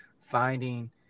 finding